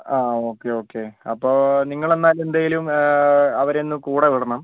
ആ okay okay അപ്പോൾ നിങ്ങളെന്നാൽ എന്തായാലും അവരെ ഒന്നു കൂടെവിടണം